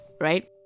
right